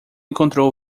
encontrou